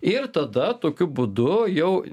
ir tada tokiu būdu jau